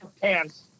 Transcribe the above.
pants